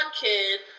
kid